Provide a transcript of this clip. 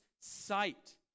sight